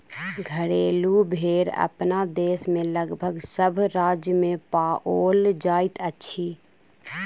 घरेलू भेंड़ अपना देश मे लगभग सभ राज्य मे पाओल जाइत अछि